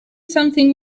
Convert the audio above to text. something